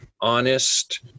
honest